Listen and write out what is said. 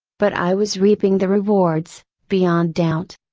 but i was reaping the rewards, beyond doubt.